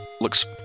looks